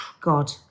God